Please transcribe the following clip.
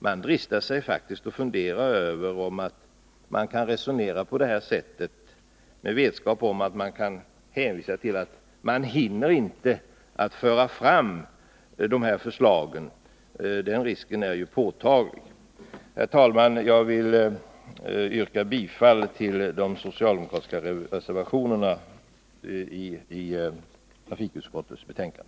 Jag dristar mig faktiskt att fundera över om man kan resonera på det här sättet med vetskap om att man kan hänvisa till att man inte hinner få fram dessa förslag — för den risken är ju påtaglig. Herr talman! Jag vill yrka bifall till de socialdemokratiska reservationerna vid trafikutskottets betänkande.